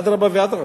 אדרבה ואדרבה,